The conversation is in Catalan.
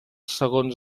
segons